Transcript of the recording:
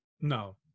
no